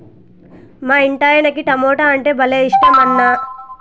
మా ఇంటాయనకి టమోటా అంటే భలే ఇట్టమన్నా